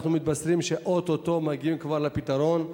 אנחנו מתבשרים שאו-טו-טו מגיעים כבר לפתרון.